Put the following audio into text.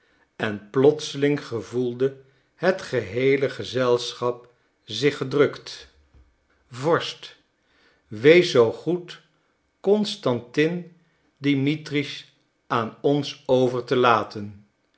en plotseling gevoelde het geheele gezelschap zich gedrukt vorst wees zoo goed constantin dimitritsch aan ons over te laten